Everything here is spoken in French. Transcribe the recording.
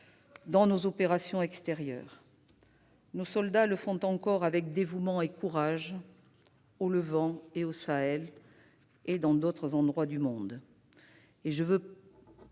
dans nos opérations extérieures. Nos soldats le font encore avec dévouement et courage au Levant, au Sahel et dans d'autres endroits du monde.